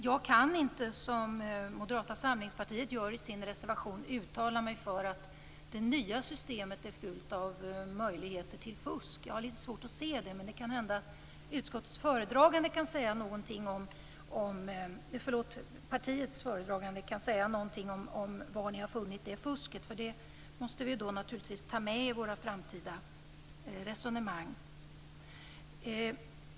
Jag kan inte, som Moderata samlingspartiet gör i sin reservation, uttala mig för tanken att det nya systemet är fullt av möjligheter till fusk. Jag har litet svårt att se det, men det kan hända att partiets föredragande i utskottet kan säga något om var ni har funnit det fusket. Det måste vi i så fall naturligtvis ta med i våra framtida resonemang.